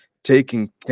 taking